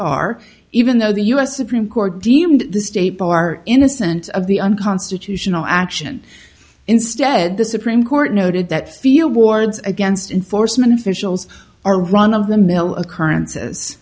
bar even though the us supreme court deemed the state bar innocent of the unconstitutional action instead the supreme court noted that feel warrants against enforcement officials are run of the mill occurrences